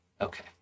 Okay